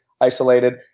isolated